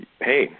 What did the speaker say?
hey